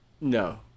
No